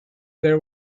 there